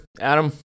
Adam